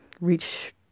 reach